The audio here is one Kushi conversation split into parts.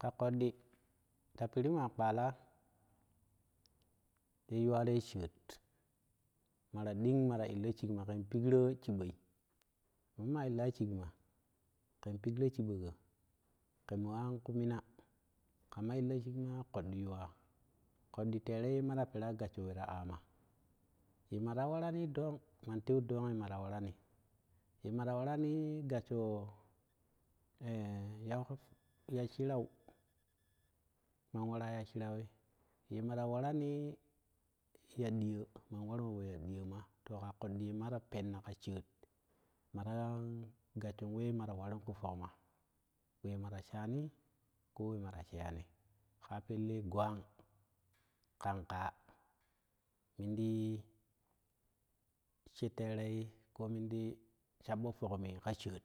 Ƙa ƙoddi ta puri ma kpala he tuwarei sheat mara ding mara illo shikma ken polro chiboi mamma illa shigma ƙen pigro chibo go ke moanƙu minoi ka ma illoshii kma koddi tuwa ƙoddi tare yema ra pera gosho wera ama te mara warani ɗong man teu dong te mara warani te mara warani gassho e-ya chirau man wara ta chirawi ye mara warani tu diyo man warma po ya ɗiyoma to ƙa ƙoddi ye mara penna ƙa shoot mara gassho we mara warin ki pokma we mara shanii ko we mara sheyani ka pelle gwang ƙang ƙaa mindi she teri ko mindi shabъo tukmui kashoot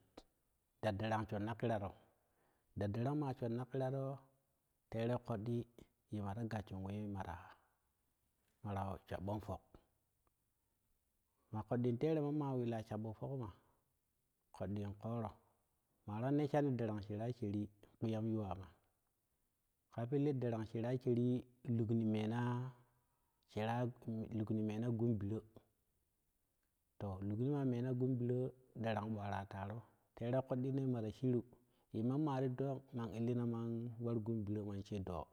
dadɗarang ma ma shonma kiraro terei kodɗi ye mara gasho we mara mara shab ъon pok maa ƙoddin tere mamna wela shabo pokma ƙodɖin koro mara nesshani darang sheera sheeri kpiyam tuwama ƙa pelle darang shaara shaari lugni mena shera lugnimena gun biro to lugnima mena gun biro darang ъwara taro tere kodɗine mara shiru te mamma ti dong man veina mawar gunbiro man she doo.